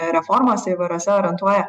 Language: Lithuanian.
reformose įvairiose orientuoja